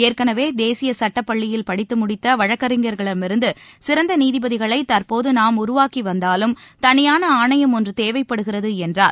ஏற்கனவே தேசிய சுட்டப்பள்ளியில் படித்து முடித்த வழக்கறிஞர்களிடமிருந்து சிறந்த நீதிபதிகளை தற்போது நாம் உருவாக்கி வந்தாலும் தனியான ஆணையம் ஒன்று தேவைப்படுகிறது என்றார்